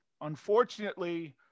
unfortunately